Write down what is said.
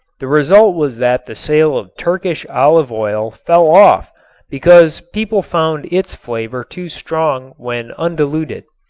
the result was that the sale of turkish olive oil fell off because people found its flavor too strong when undiluted.